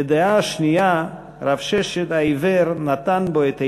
לדעה שנייה, רב ששת העיוור נתן בו את עיניו,